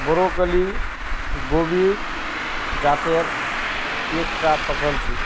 broccoli गोभीर जातेर एक टा फसल छे